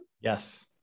Yes